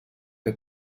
que